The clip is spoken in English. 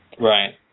Right